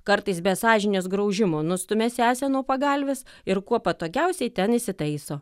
kartais be sąžinės graužimo nustumia sesę nuo pagalvės ir kuo patogiausiai ten įsitaiso